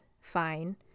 fine